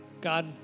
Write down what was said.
God